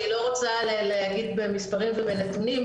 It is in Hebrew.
אני לא רוצה להגיד במספרים ובנתונים,